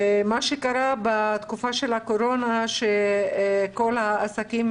מה שקרה בתקופה של הקורונה זה שכל העסקים